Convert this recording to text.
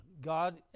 God